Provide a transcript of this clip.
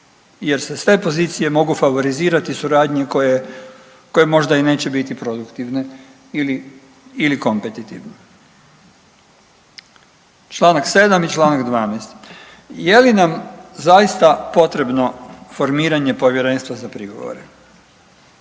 jer se sve pozicije mogu favorizirati u suradnji koje može i neće biti produktivne ili kompetitivne. Čl. 7. i čl. 12. je li nam zaista potrebno formiranje Povjerenstva za prigovore?